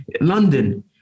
London